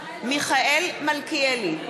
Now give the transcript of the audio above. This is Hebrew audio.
מיכאל מלכיאלי,